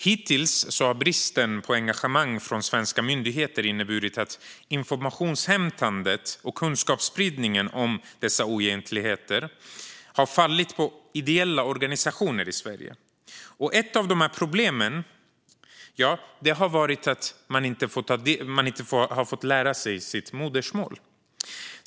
Hittills har bristen på engagemang från svenska myndigheter inneburit att informationsinhämtandet och kunskapsspridningen om dessa oegentligheter har fallit på ideella organisationer i Sverige. Ett av problemen har varit att man inte har fått lära sig sitt modersmål.